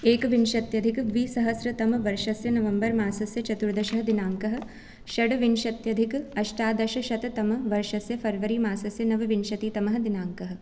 एकविंशत्यधिक द्विसहस्रतमवर्षस्य नवम्बर् मासस्य चतुर्दशः दिनाङ्कः षड्विंशत्यधिक अष्टादशशततमवर्षस्य फ़र्वरीमासस्य नवविंशतितमः दिनाङ्कः